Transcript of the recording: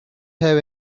have